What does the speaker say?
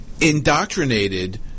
indoctrinated